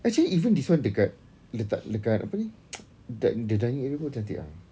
actually even this [one] dekat letak dekat apa ni the dining are pun cantik ah